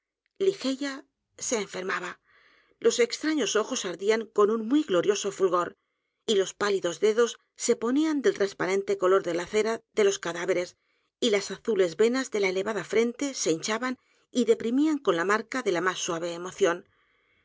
libros ligeia s e enfernlaba los extraños ojos ardían con un muy glorioso fulgor y los pálidos dedos se ponían del t r a n s p a r e n t e color de la cera de los cadáveres y las azules venas de la elevada frente se hinchaban y deprimían con la marca de la más suave emoción